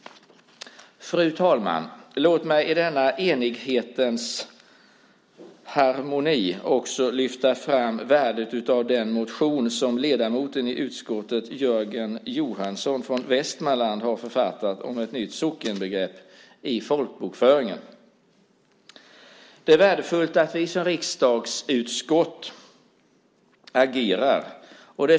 Fru talman! Låt mig i denna enighetens harmoni också lyfta fram värdet av den motion som ledamoten i utskottet Jörgen Johansson från Västmanland har författat om ett nytt sockenbegrepp i folkbokföringen. Det är värdefullt att man som riksdagsutskott agerar.